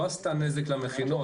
לא עשתה נזק למכינות.